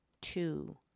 two